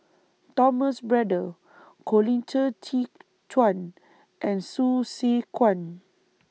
Thomas Braddell Colin Qi Zhe Quan and Hsu Tse Kwang